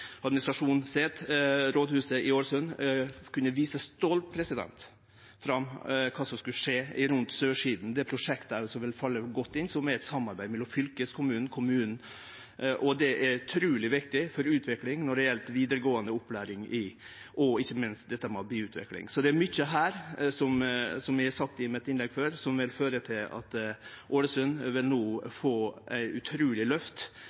vise fram kva som skulle skje rundt Sørsida, det prosjektet som vil falle godt inn, og som er eit samarbeid mellom fylkeskommunen og kommunen. Det er utruleg viktig for utviklinga når det gjeld vidaregåande opplæring og ikkje minst byutvikling. Så det er mykje her, som eg sa i innlegget mitt før, som vil føre til at Ålesund no vil få eit utruleg